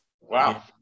Wow